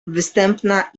występna